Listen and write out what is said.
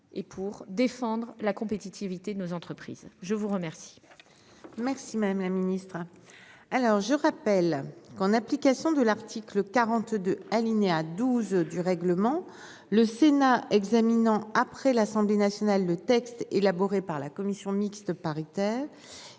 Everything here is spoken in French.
et pour défendre la compétitivité de nos entreprises. Je vous remercie. Merci madame la ministre. Alors je rappelle qu'en application de l'article 42 alinéa 12 du règlement, le Sénat, examinant après l'Assemblée nationale, le texte élaboré par la commission mixte paritaire.